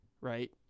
right